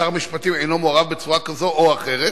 שר המשפטים אינו מעורב בצורה כזאת או אחרת,